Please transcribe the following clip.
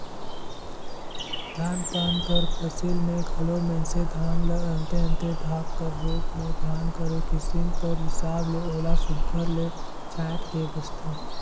धान पान कर फसिल में घलो मइनसे धान ल अन्ते अन्ते भाग कर रूप में धान कर किसिम कर हिसाब ले ओला सुग्घर ले छांएट के बेंचथें